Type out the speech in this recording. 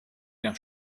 nach